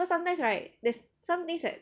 cause sometimes right there's some things that